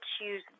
choose